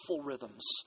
rhythms